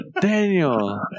Daniel